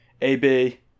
AB